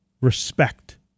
respect